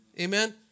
amen